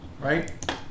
right